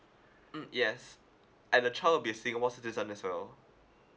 mm yes and the child will be a singapore citizen as well